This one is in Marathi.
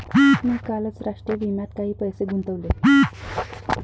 मी कालच राष्ट्रीय विम्यात काही पैसे गुंतवले